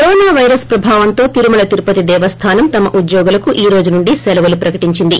corona virus ప్రభావంతో తిరుమల తిరుపతి దేవస్థానం TTD తమ ఉద్యోగులకు ఈ రోజు నుండి సెలవులు ప్రకటించింది